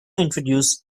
introduce